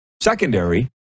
secondary